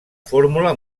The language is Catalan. fórmula